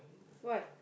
what